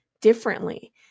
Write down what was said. differently